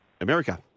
America